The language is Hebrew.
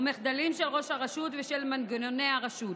מחדלים של ראש הרשות ושל מנגנוני הרשות.